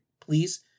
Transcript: please